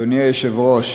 אדוני היושב-ראש,